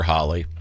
Holly